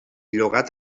llogat